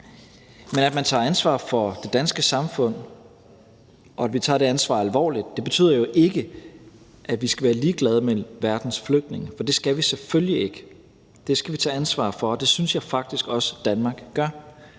At man tager ansvar for det danske samfund, og at vi tager det ansvar alvorligt, betyder jo ikke, at vi skal være ligeglade med verdens flygtninge, for det skal vi selvfølgelig ikke. Det skal vi tage ansvar for, og det synes jeg faktisk også Danmark gør.